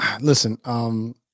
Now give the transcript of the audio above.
listen